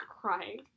crying